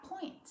point